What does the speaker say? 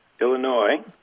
Illinois